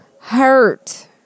hurt